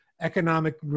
economic